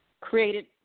created